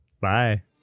Bye